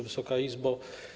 Wysoka Izbo!